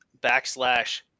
backslash